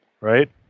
Right